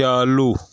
ᱪᱟᱹᱞᱩ